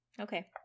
Okay